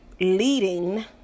leading